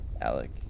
Alec